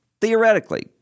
theoretically